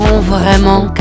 vraiment